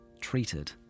treated